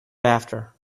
after